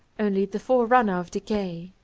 only the forerunner of decay.